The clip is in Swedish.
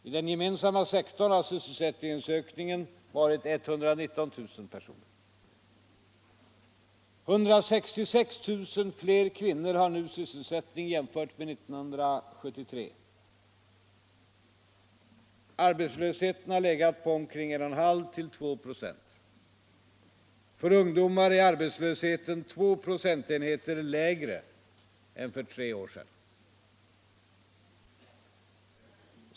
I den gemensamma sektorn har sysselsättningsökningen varit 119 000. 166 000 fler kvinnor har nu sysselsättning jämfört med 1973. Arbetslösheten har legat omkring 1,5-2 ”v. För ungdomar är arbetslösheten 2 procentenheter lägre än för tre år sedan.